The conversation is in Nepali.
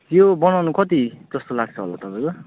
त्यो बनाउनु कति जस्तो लाग्छ होला तपाईँको